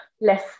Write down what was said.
less